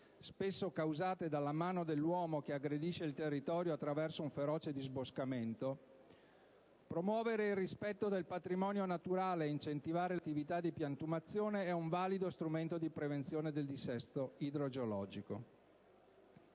spesso causate dalla mano dell'uomo che aggredisce il territorio attraverso un feroce disboscamento, promuovere il rispetto del patrimonio naturale e incentivare l'attività di piantumazione è un valido strumento di prevenzione del dissesto idrogeologico.